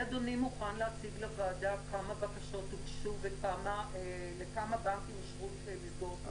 אדוני מוכן להציג לוועדה כמה בקשות הוגשו ולכמה בנקים ---?